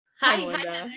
Hi